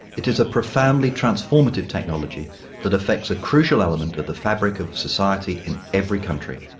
it is a profoundly transformative technology that affects a crucial element of the fabric of society in every country.